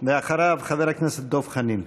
אחריו, חבר הכנסת דב חנין.